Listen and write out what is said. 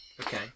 Okay